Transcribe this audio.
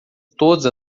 todas